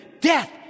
Death